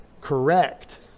correct